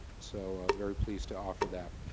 so very pleased to offer that.